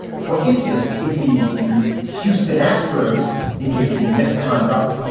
for instance, if the houston astros engage in misconduct,